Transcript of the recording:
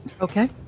Okay